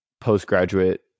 postgraduate